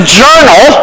journal